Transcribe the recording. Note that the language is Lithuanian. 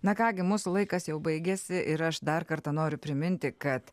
na ką gi mūsų laikas jau baigiasi ir aš dar kartą noriu priminti kad